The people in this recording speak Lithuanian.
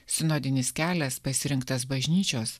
sinodinis kelias pasirinktas bažnyčios